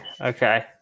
Okay